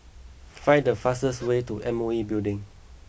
find the fastest way to M O E Building